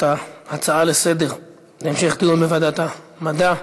ההצעות לסדר-היום להמשך דיון בוועדת המדע.